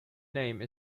name